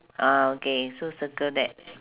ah okay so circle that